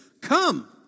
Come